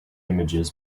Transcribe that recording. images